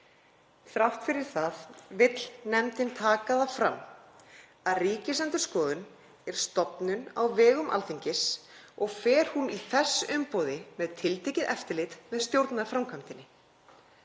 Þrátt fyrir það vill nefndin taka fram að Ríkisendurskoðun er stofnun á vegum Alþingis og fer hún í þess umboði með tiltekið eftirlit með stjórnarframkvæmdinni.